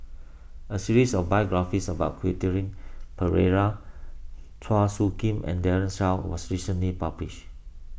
a series of biographies about Quentin Pereira Chua Soo Khim and Daren Shiau was recently published